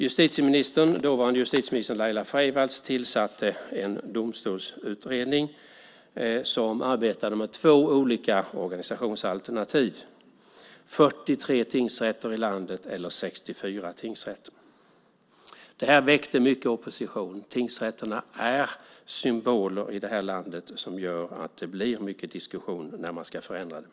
Den dåvarande justitieministern Laila Freivalds tillsatte en domstolsutredning som arbetade med två olika organisationsalternativ, 43 eller 64 tingsrätter i landet. Det väckte mycket opposition. Tingsrätterna är symboler i det här landet som gör att det blir mycket diskussion när man ska förändra dem.